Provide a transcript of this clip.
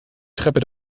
treppe